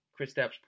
Kristaps